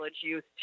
youth